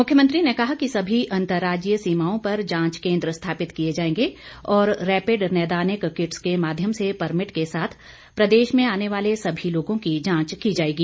मुख्यमंत्री ने कहा कि सभी अंतर्राज्जीय सीमाओं पर जांच केंद्र स्थापित किए जाएंगे और रैपिड नैदानिक किट्स के माध्यम से परमिट के साथ प्रदेश में आने वाले सभी लोगों की जांच की जाएगी